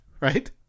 Right